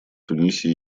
тунисе